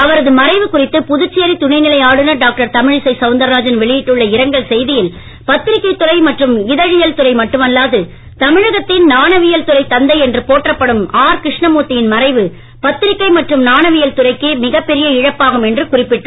அவரது மறைவு குறித்து புதுச்சேரி துணை நிலை ஆளுநர் டாக்டர் தமிழிசை சவுந்தரராஜன் வெளியிட்டுள்ள இரங்கல் செய்தியில் பத்திரிக்கை துறை மற்றும் இதழியல் துறை மட்டுமல்லாது தமிழகத்தின் நாணயவில் துறை தந்தை என்று போற்றப்படும் ஆர் கிருஷ்ணமூர்த்தியின் மறைவு பத்தியிக்கை மற்றும் நாணயவியல் துறைக்கு மிகப் பெரிய இழப்பாகும் என்று குறிப்பிட்டுள்ளார்